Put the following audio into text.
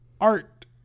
art